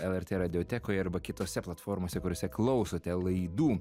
lrt radiotekoje arba kitose platformose kuriose klausote laidų